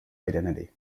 identity